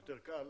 מאוד נהניתי,